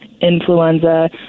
influenza